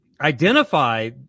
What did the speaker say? identify